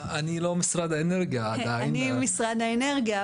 אני ממשרד האנרגיה,